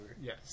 Yes